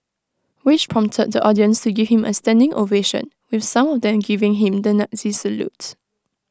which prompted the audience to give him A standing ovation with some of them giving him the Nazi salute